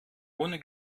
ohne